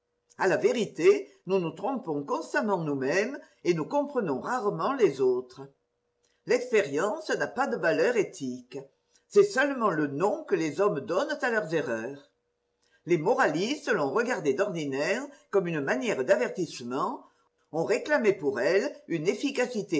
a la vérité nous nous trompons constamment nous-mêmes et nous comprenons rarement les autres l'expérience n'a pas de valeur éthique c'est seulement le nom que les hommes donnent à leurs erreurs les moralistes l'ont regardée d'ordinaire comme une manière d'avertissement ont réclamé pour elle une efficacité